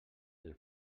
del